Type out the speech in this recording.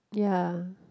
ya